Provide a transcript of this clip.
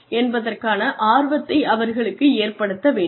என்பதற்கான ஆர்வத்தை அவர்களுக்கு ஏற்படுத்த வேண்டும்